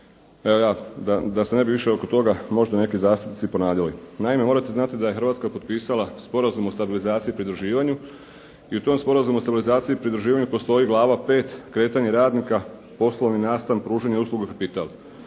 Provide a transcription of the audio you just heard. da se ne bi više oko toga možda neki zastupnici ponavljali. Naime, morate znati da je Hrvatska potpisala sporazum o stabilizaciji i pridruživanju i u tom sporazumu o stabilizaciji i pridruživanju postoji glava 5. Kretanje radnika, poslovni nastali pružanjem usluge kapital.